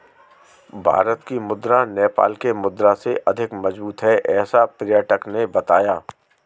भारत की मुद्रा नेपाल के मुद्रा से अधिक मजबूत है ऐसा पर्यटक ने बताया